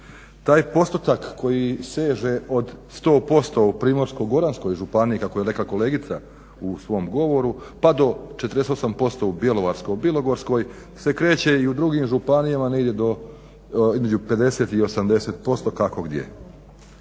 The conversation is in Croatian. Taj postotak koji seže od 100% u Primorsko-goranskoj županiji kako je rekla kolegica u svom govoru, pa do 48% u Bjelovarsko-bilogorskoj se kreće i u drugim županijama negdje do, između 50 i 80% kako gdje.